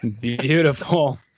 beautiful